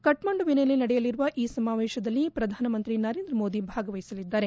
ಕಠ್ಮಂಡುವಿನಲ್ಲಿ ನಡೆಯಲಿರುವ ಈ ಸಮಾವೇಶದಲ್ಲಿ ಪ್ರಧಾನಮಂತ್ರಿ ನರೇಂದ್ರ ಮೋದಿ ಭಾಗವಹಿಸಲಿದ್ದಾರೆ